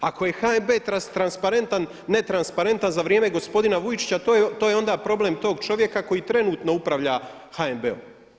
Ako je HNB transparentan, netransparentan za vrijeme gospodina Vujčića to je onda problem tog čovjeka koji trenutno upravlja HNB-om.